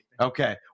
okay